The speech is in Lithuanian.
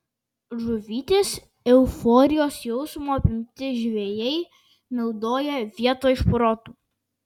žuvytės euforijos jausmo apimti žvejai naudoja vietoj šprotų